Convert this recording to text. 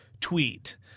tweet